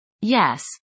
Yes